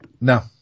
No